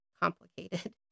complicated